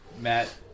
matt